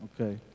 okay